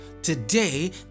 Today